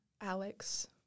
Alex